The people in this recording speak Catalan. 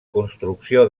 construcció